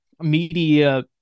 Media